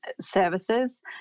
services